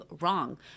wrong